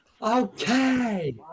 Okay